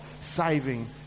saving